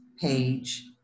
page